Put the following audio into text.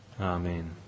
Amen